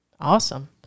Awesome